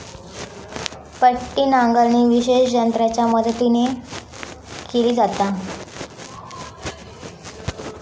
पट्टी नांगरणी विशेष यंत्रांच्या मदतीन केली जाता